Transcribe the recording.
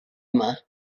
yma